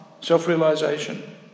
Self-realization